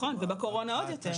ובקורונה עוד יותר.